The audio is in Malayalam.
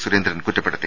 സുരേന്ദ്രൻ കുറ്റപ്പെടുത്തി